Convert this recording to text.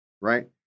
right